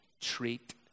treat